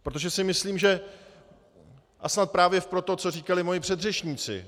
Protože si myslím, že... a snad právě proto, co říkali moji předřečníci.